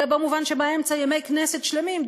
אלא במובן שבאמצע ימי כנסת שלמים,